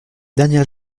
dernière